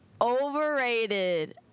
overrated